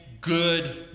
good